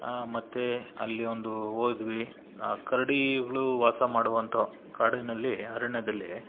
ಮತ್ತೆ ಅಲ್ಲಿ ಒಂದು ಹೋದ್ವಿ ಆ ಕರಡಿಗಳು ವಾಸ ಮಾಡುವಂಥ ಕಾಡಿನಲ್ಲಿ ಅರಣ್ಯದಲ್ಲಿ